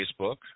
Facebook